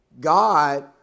God